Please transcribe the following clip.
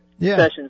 sessions